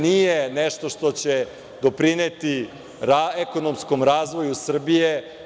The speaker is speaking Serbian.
Nije nešto što će doprineti ekonomskom razvoju Srbije.